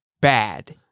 bad